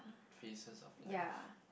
pieces of life